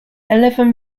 eleven